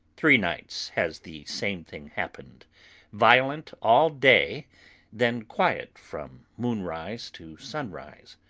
three nights has the same thing happened violent all day then quiet from moonrise to sunrise.